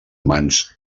humans